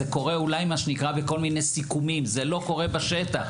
זה קורה אולי בכל מיני סיכומים אבל זה לא קורה בשטח.